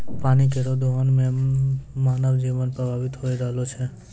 पानी केरो दोहन सें मानव जीवन प्रभावित होय रहलो छै